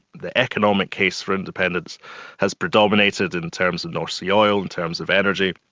the economic case for independence has predominated in terms of north sea oil, in terms of energy,